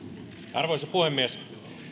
arvoisa puhemies